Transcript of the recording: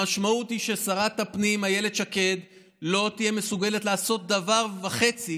המשמעות היא ששרת הפנים איילת שקד לא תהיה מסוגלת לעשות דבר וחצי